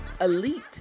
elite